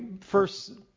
first